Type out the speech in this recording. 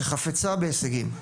שחפצה בהישגים,